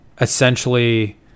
essentially